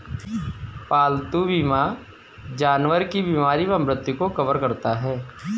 पालतू बीमा जानवर की बीमारी व मृत्यु को कवर करता है